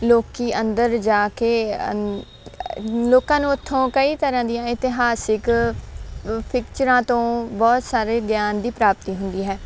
ਲੋਕੀ ਅੰਦਰ ਜਾ ਕੇ ਲੋਕਾਂ ਨੂੰ ਉੱਥੋਂ ਕਈ ਤਰ੍ਹਾਂ ਦੀਆਂ ਇਤਿਹਾਸਿਕ ਪਿਕਚਰਾਂ ਤੋਂ ਬਹੁਤ ਸਾਰੇ ਗਿਆਨ ਦੀ ਪ੍ਰਾਪਤੀ ਹੁੰਦੀ ਹੈ